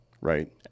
right